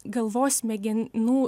galvos smegenų